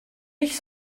nicht